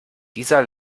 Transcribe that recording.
dieser